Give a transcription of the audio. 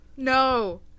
No